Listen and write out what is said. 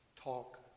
talk